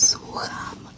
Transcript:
Słucham